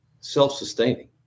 self-sustaining